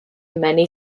many